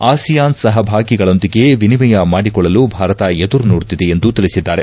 ASEAN ಸಹಭಾಗಿಗಳೊಂದಿಗೆ ವಿನಿಮಯ ಮಾಡಿಕೊಳ್ಳಲು ಭಾರತ ಎದುರು ನೋಡುತ್ತಿದೆ ಎಂದು ತಿಳಿಸಿದ್ದಾರೆ